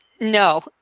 no